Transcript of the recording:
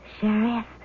Sheriff